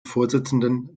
vorsitzenden